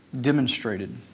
demonstrated